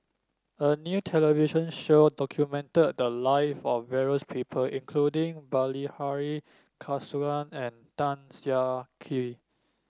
a new television show documented the live of various people including Bilahari Kausikan and Tan Siah Kwee